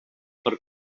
per